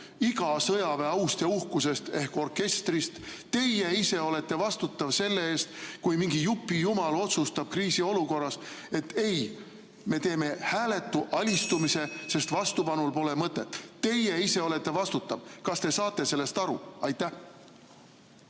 iga sõjaväe aust ja uhkusest ehk orkestrist. Teie ise olete vastutav selle eest, kui mingi jupijumal otsustab kriisiolukorras, et me teeme hääletu alistumise, sest vastupanul pole mõtet. Teie ise olete vastutav! Kas te saate sellest aru? Aitäh,